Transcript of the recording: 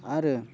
आरो